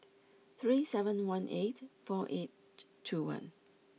three seven one eight four eight two one